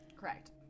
Correct